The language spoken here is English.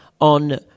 on